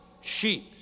sheep